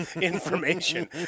information